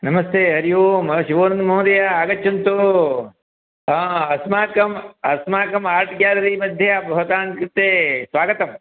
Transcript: नमस्ते हरिः ओं शिवानन्दमहोदय आगच्छन्तु अस्माकम् अस्माकम् आर्ट् गेलरी मध्ये भवतां कृते स्वागतम्